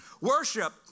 Worship